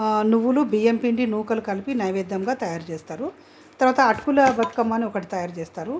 నువ్వులు బియ్యంపిండి నూకలు కలిపి నైవేద్యంగా తయారు చేస్తారు తరవాత అటుకుల బతుకమ్మ అని ఒకటి తయారుచేస్తారు